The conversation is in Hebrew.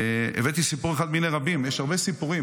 הבאתי סיפור אחד מני רבים, ויש הרבה סיפורים.